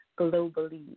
globally